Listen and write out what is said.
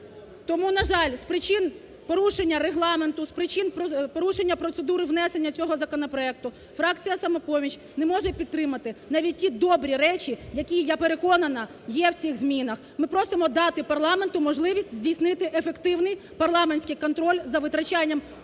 Тому, на жаль, з причин порушення Регламенту, з причин порушення процедури внесення цього законопроекту фракція "Самопоміч" не може підтримати навіть ті добрі речі, які, я переконана, є в цих змінах. Ми просимо дати парламенту можливість здійснити ефективний парламентський контроль за витрачанням